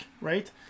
right